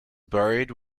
buried